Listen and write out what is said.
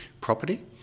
property